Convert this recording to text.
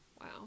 wow